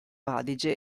adige